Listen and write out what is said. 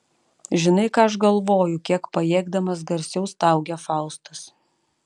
žinai ką aš galvoju kiek pajėgdamas garsiau staugia faustas